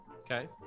Okay